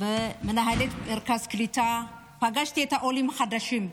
החוקרים ואת מנהלת מרכז הקליטה, את העולים החדשים.